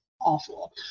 awful